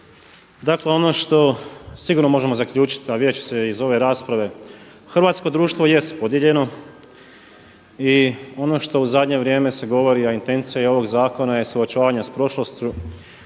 dakle ono što sigurno možemo zaključiti a vidjet će se iz ove rasprave. Hrvatsko društvo jest podijeljeno i ono što u zadnje vrijeme se govori, a intencija ovog zakona je suočavanje sa prošlošću.